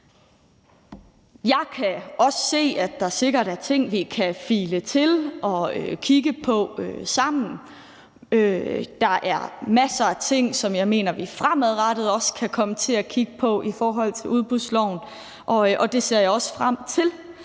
Jeg kan også se, at der sikkert er ting, vi kan file til og kigge på sammen. Der er masser af ting, som jeg mener vi fremadrettet også kan komme til at kigge på i forhold til udbudsloven, og det ser jeg også frem til,